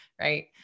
Right